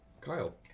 Kyle